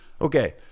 okay